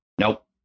nope